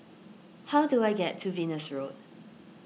how do I get to Venus Road